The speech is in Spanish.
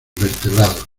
vertebrados